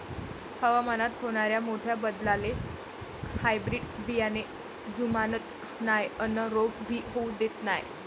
हवामानात होनाऱ्या मोठ्या बदलाले हायब्रीड बियाने जुमानत नाय अन रोग भी होऊ देत नाय